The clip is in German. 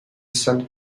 saint